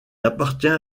appartient